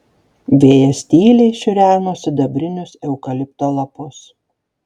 vėjas tyliai šiureno sidabrinius eukalipto lapus